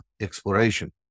exploration